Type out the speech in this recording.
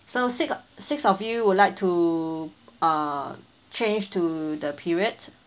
so six six of you would like to uh change to the period